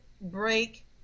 break